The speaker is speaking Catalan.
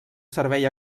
servei